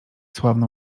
sławną